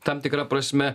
tam tikra prasme